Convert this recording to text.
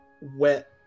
wet